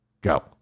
go